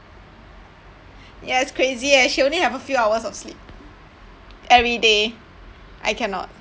ya it's crazy eh she only have a few hours of sleep every day I cannot